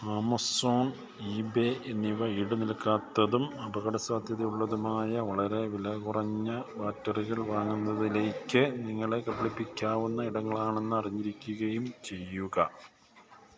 Amazon eBay എന്നിവ ഈട് നിൽക്കാത്തതും അപകടസാധ്യതയുള്ളതുമായ വളരെ വിലകുറഞ്ഞ ബാറ്ററികൾ വാങ്ങുന്നതിലേക്ക് നിങ്ങളെ കബളിപ്പിക്കാവുന്ന ഇടങ്ങളാണെന്ന് അറിഞ്ഞിരിക്കുകയും ചെയ്യുക